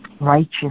righteous